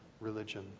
religion